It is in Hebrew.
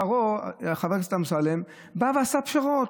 פרעה, חבר הכנסת אמסלם, בא ועשה פשרות.